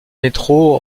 métro